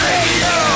Radio